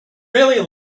really